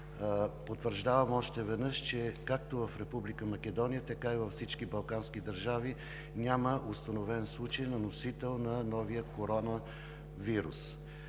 потвърждавам още веднъж, че както в Република Македония, така и във всички балкански държави няма установен случай на носител на новия коронавирус.